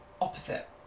opposite